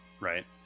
Right